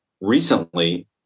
recently